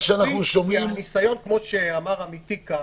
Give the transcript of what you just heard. כי מהניסיון, כמו שאמר עמיתי כאן,